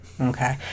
Okay